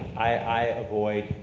i avoid,